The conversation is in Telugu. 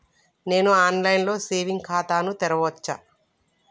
నేను ఆన్ లైన్ లో సేవింగ్ ఖాతా ను తెరవచ్చా?